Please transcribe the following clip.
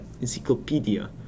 encyclopedia